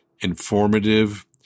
informative